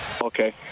Okay